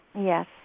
Yes